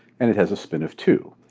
and it has a spin of two.